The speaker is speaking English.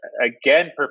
again